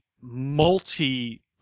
multi